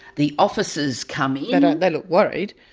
the officers come in. ah they look worried.